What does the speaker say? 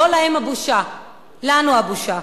לא להם הבושה, לנו הבושה,